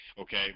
Okay